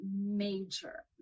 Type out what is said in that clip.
major